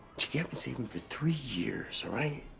cheeky i've been saving for three years, alright,